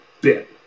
bit